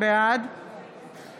בעד